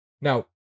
Now